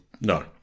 No